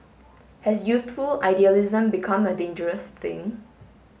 has youthful idealism become a dangerous thing